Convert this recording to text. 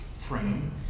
frame